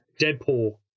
Deadpool